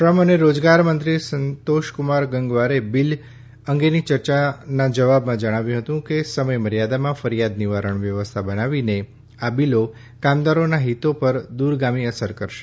શ્રમ અને રોજગાર મંત્રી સંતોષકુમાર ગંગવારે બિલ અંગેની ચર્ચાના જવાબમાં જણાવ્યું હતું કે સમયમર્યાદામાં ફરિયાદ નિવારણ વ્યવસ્થા બનાવીને આ બીલો કામદારોના હિતો પર દ્રરગામી અસર કરશે